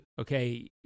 Okay